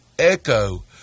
Echo